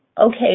okay